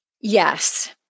Yes